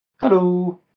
Hello